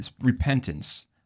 repentance